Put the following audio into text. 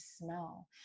smell